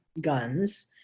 guns